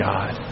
God